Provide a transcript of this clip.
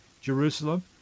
Jerusalem